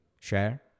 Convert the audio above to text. share